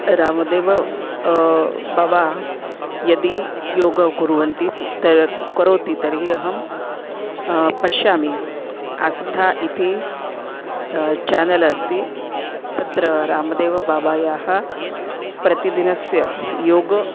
रामदेव बाबा यदि योगः कुर्वन्ति तर् करोति तर्हि अहं पश्यामि आस्था इति चानल् अस्ति तत्र रामदेव बाबायाः प्रतिदिनस्य योगः